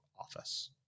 office